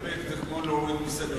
להסתפק זה כמו להוריד מסדר-היום.